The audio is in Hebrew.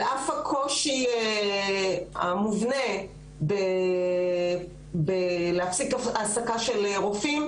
אף הקושי המובנה בלהפסיק העסקת רופאים,